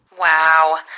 Wow